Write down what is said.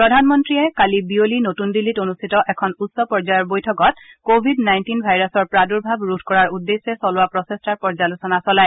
প্ৰধানমন্ত্ৰীয়ে কালি বিয়লি নতুন দিল্লীত অনুষ্ঠিত এখন উচ্চ পৰ্যায়ৰ বৈঠকত কৱিড নাইণ্টিন ভাইৰাছৰ প্ৰাদুৰ্ভাৱ ৰোধ কৰাৰ উদ্দেশ্যে চলোৱা প্ৰচেষ্টাৰ পৰ্যালোচনা চলায়